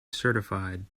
certified